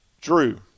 Drew